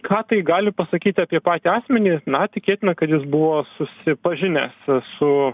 ką tai gali pasakyti apie patį asmenį na tikėtina kad jis buvo susipažinęs su